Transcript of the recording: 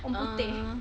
orang putih